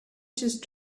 just